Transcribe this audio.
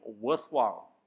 worthwhile